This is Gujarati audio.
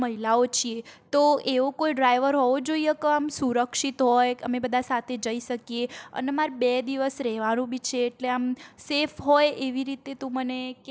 મહિલાઓ છીએ તો એવો કોઈ ડ્રાઈવર હોવો જોઇએ કે આમ સુરક્ષિત હોય અમે બધા સાથે જઈ શકીએ અને મારે બે દિવસ રહેવાનું બી છે એટલે આમ સેફ હોય એવી રીતે તું મને